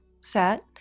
set